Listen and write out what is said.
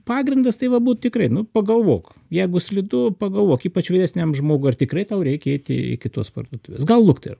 pagrindas tai va būt tikrai nu pagalvok jeigu slidu pagalvok ypač vyresniam žmogui ar tikrai tau reikia eiti iki tos parduotuvės gal luktelk